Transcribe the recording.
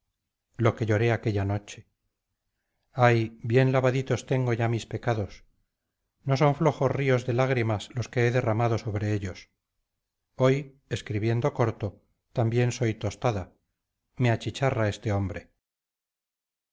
lo que lloré aquella noche ay bien lavaditos tengo ya mis pecados no son flojos ríos de lágrimas los que he derramado sobre ellos hoy escribiendo corto también soy tostada me achicharra este hombre